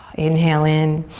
inhale in,